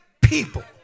people